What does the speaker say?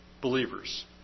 believers